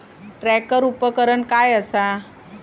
Tractor उपकरण काय असा?